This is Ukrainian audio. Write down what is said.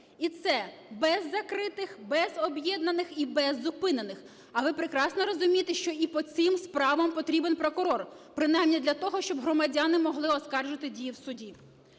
і це без закритих, без об'єднаних і без зупинених. А ви прекрасно розумієте, що і по цим справам потрібен прокурор, принаймні для того, щоб громадяни могли оскаржити дії в суді.